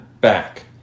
back